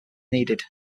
needed